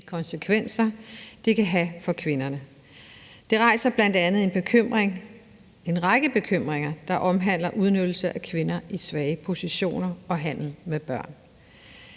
konsekvenser, det kan have for kvinderne. Det rejser bl.a. en række bekymringer, der omhandler udnyttelse af kvinder i svage positioner og handel med børn.